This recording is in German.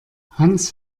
hans